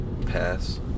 pass